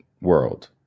world